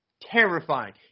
terrifying